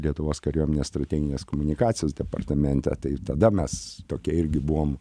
lietuvos kariuomenės strateginės komunikacijos departamente tai tada mes tokie irgi buvom